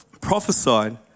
prophesied